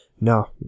no